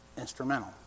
instrumental